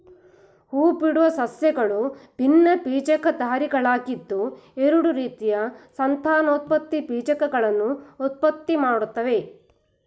ಹೂಬಿಡುವ ಸಸ್ಯಗಳು ಭಿನ್ನಬೀಜಕಧಾರಿಗಳಾಗಿದ್ದು ಎರಡು ರೀತಿಯ ಸಂತಾನೋತ್ಪತ್ತಿ ಬೀಜಕಗಳನ್ನು ಉತ್ಪತ್ತಿಮಾಡ್ತವೆ